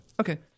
Okay